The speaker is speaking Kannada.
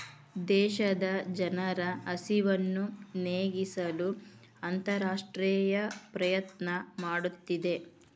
ದೇಶದ ಜನರ ಹಸಿವನ್ನು ನೇಗಿಸಲು ಅಂತರರಾಷ್ಟ್ರೇಯ ಪ್ರಯತ್ನ ಮಾಡುತ್ತಿದೆ